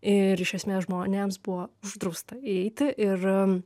ir iš esmės žmonėms buvo uždrausta įeiti ir